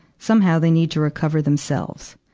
somehow, they need to recover themselves.